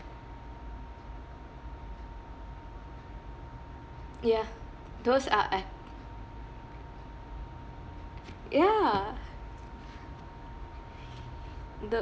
ya those are uh ya the